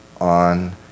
on